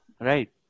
right